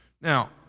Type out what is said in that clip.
Now